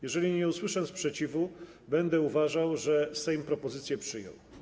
Jeśli nie usłyszę sprzeciwu, będę uważał, że Sejm propozycję przyjął.